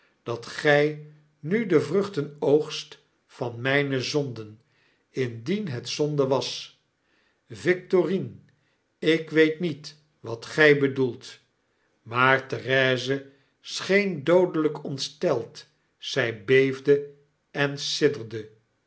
dat gij nu de vruchten oogst van mijne zonden indien het zonde was victorine ik weet niet wat gij bedoelt maar therese scheen doodelijk ontsteld zij beefde en